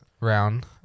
round